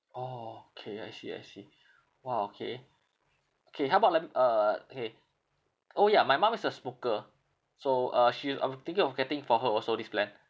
orh okay I see I see !wah! okay okay how about like peop~ uh okay orh ya my mum is a smoker so uh she uh I'm thinking of getting for her also this plan